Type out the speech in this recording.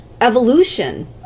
evolution